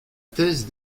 thèse